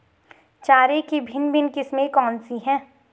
चारे की भिन्न भिन्न किस्में कौन सी हैं?